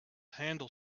handle